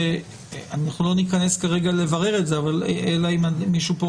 לא ניכנס כרגע לברר את זה אלא אם מישהו כאן